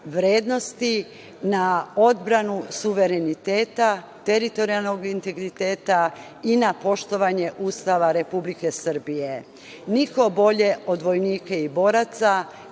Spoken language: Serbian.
na odbranu suvereniteta, teritorijalnog integriteta i na poštovanje Ustava Republike Srbije. Niko bolje od vojnika i boraca